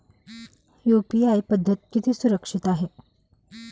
UPI पद्धत किती सुरक्षित आहे?